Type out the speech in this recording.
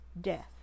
death